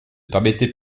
permettez